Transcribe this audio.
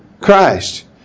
Christ